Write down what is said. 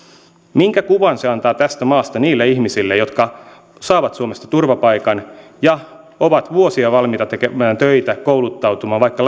minkä kuvan se antaa tästä maasta niille ihmisille jotka saavat suomesta turvapaikan ja ovat vuosia valmiita tekemään töitä kouluttautumaan vaikka